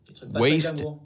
waste